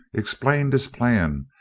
explained his plan,